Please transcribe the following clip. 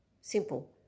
simple